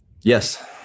Yes